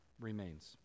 remains